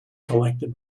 collected